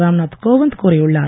ராம் நாத் கோவிந்த் கூறியுள்ளார்